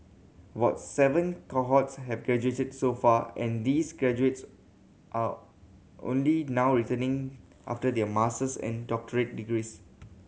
was seven cohorts have graduated so far and these graduates are only now returning after their master's and doctorate degrees